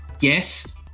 Yes